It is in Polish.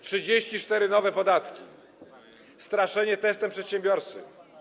34 nowe podatki, straszenie testem przedsiębiorcy.